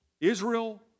Israel